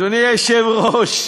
אדוני היושב-ראש,